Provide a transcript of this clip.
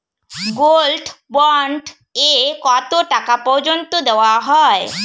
Gold bond এ কতো টাকা পর্যন্ত দেওয়া হয়?